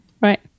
Right